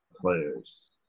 players